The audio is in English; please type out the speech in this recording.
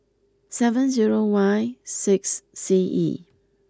seven zero Y six C E